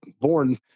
born